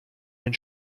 den